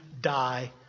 die